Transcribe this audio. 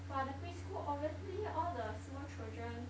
!wah! the pre school obviously all the small children